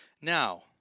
Now